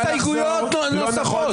שתי הסתייגויות נוספות.